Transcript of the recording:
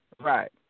Right